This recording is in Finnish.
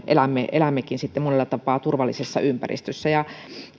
elämmekin monella tapaa turvallisessa ympäristössä